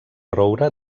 roure